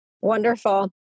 Wonderful